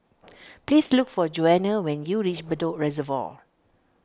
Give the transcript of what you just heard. please look for Johnna when you reach Bedok Reservoir